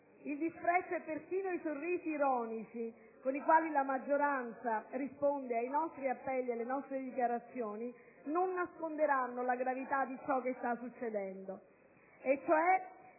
il disprezzo e persino i sorrisi ironici con i quali la maggioranza risponde ai nostri appelli e alle nostre dichiarazioni non nasconderanno la gravità di ciò che sta succedendo,